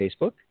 Facebook